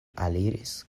aliris